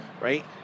right